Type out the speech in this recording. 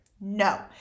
No